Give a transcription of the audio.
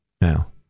now